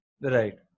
Right